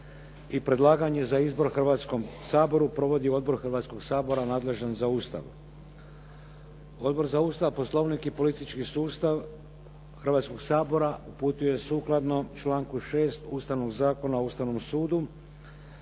i predlaganje za izbor Hrvatskom saboru provodi odbor Hrvatskog sabora nadležan za Ustav. Odbor za Ustav, Poslovnik i politički sustav Hrvatskoga sabora uputio je sukladno članku 6. Ustavnog zakona o Ustavnom sudu